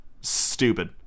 Stupid